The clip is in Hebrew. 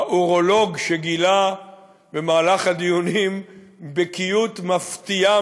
האורולוג שגילה במהלך הדיונים בקיאות מפתיעה